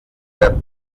der